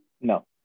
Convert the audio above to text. No